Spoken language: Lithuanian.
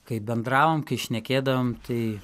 kai bendravom kai šnekėdavom tai